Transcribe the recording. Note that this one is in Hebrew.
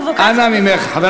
רבותי, חבר